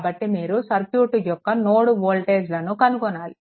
కాబట్టి మీరు సర్క్యూట్ యొక్క నోడ్ వోల్టేజ్లను కనుగొనాలి